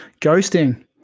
Ghosting